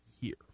year